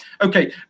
Okay